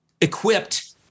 equipped